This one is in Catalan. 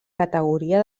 categoria